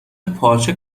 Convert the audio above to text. پارچه